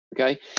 Okay